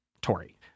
Tory